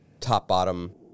top-bottom